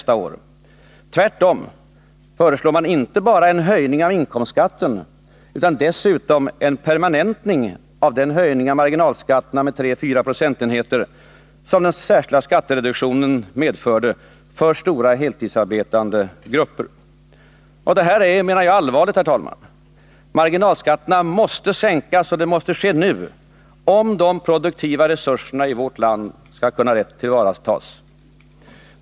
Tvärtom föreslår man inte bara en höjning av inkomstskatten, utan dessutom en permanentning av den höjning av marginalskatterna med 3-4 procentenheter som den särskilda skattereduktionen medförde för stora heltidsarbetande grupper. Detta är allvarligt, herr talman. Marginalskatterna måste sänkas och det måste ske nu, om de produktiva resurserna i vårt land skall kunna rätt tillvaratas.